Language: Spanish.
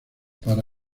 para